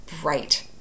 bright